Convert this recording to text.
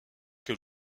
que